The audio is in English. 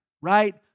right